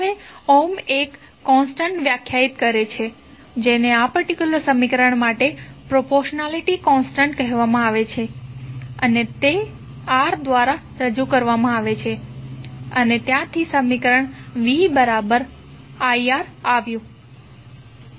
હવે ઓહ્મ એક કોન્સ્ટન્ટ વ્યાખ્યાયિત કરે છે જેને આ પર્ટિક્યુલર સમીકરણ માટે પ્રોપોરશનાલિટી કોન્સ્ટન્ટ કહેવામાં આવે છે અને તે R દ્વારા રજૂ કરવામાં આવ્યો હતો અને ત્યાંથી સમીકરણ ViR આવ્યું